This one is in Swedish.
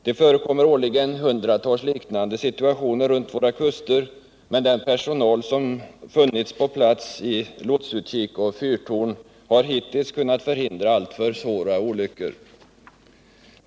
Det förekommer årligen hundratals liknande situationer runt våra kuster, men den personal som funnits på plats i lotsutkik och fyrtorn har hittills kunnat förhindra alltför svåra olyckor.